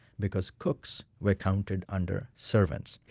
because cooks were counted under servants.